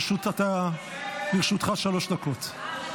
לרשותך שלוש דקות.